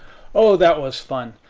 oh, that was fun.